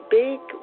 big